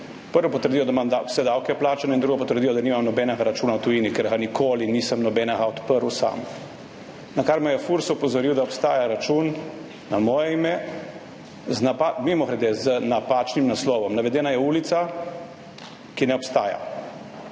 Prvo potrdilo, da imam plačane vse davke, in drugo potrdilo, da nimam nobenega računa v tujini, ker nisem nikoli nobenega sam odprl. Nakar me je Furs opozoril, da obstaja račun na moje ime, mimogrede z napačnim naslovom. Navedena je ulica, ki ne obstaja,